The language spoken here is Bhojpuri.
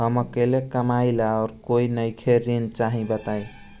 हम अकेले कमाई ला और कोई नइखे ऋण चाही बताई?